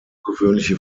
ungewöhnliche